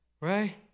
right